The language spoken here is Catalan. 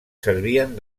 servien